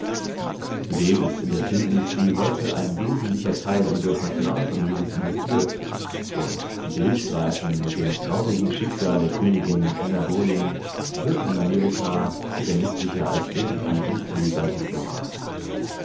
zudem ist in der filmindustrie heute ein wesentlicher teil unseres nationalvermögens investiert und die bildstreifen mit dem traurigen schicksal der königin anna boleyn wirken in amerika sicher nützlicher als irgendein unfähiger diplomat